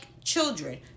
Children